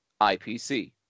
IPC